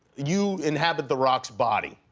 you inhabit the rock's body,